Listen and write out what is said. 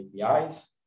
APIs